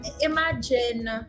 imagine